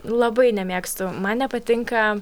labai nemėgstu man nepatinka